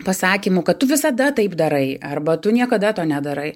pasakymų kad tu visada taip darai arba tu niekada to nedarai